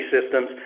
systems